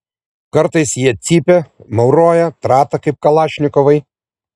kartais jie cypia mauroja trata kaip kalašnikovai